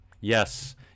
yes